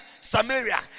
Samaria